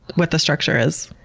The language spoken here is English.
what the structure is.